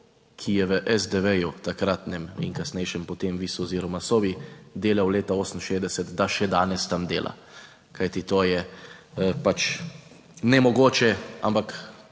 ki je v SDV takratnem in kasnejšem, potem Vis oziroma Sovi delal leta 1968, da še danes tam dela, kajti to je pač nemogoče, ampak